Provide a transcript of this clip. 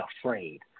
afraid